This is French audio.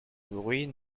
bruit